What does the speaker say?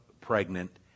pregnant